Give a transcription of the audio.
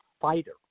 fighter